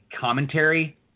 commentary